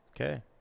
Okay